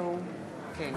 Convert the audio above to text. ואחריה